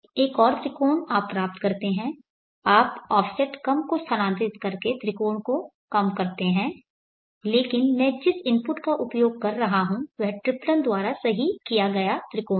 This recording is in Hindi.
एक और त्रिकोण आप प्राप्त करते हैं आप ऑफसेट कम को स्थानांतरित करके त्रिकोण को कम करते हैं लेकिन मैं जिस इनपुट का उपयोग कर रहा हूं वह ट्रिप्लन द्वारा सही किया गया त्रिकोण है